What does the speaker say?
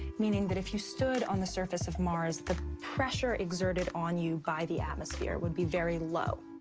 meaning that if you stood on the surface of mars, the pressure exerted on you by the atmosphere would be very low.